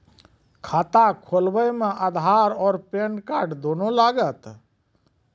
खाता खोलबे मे आधार और पेन कार्ड दोनों लागत?